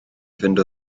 fynd